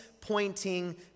pointing